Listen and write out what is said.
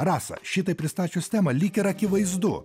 rasa šitaip pristačius temą lyg ir akivaizdu